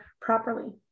properly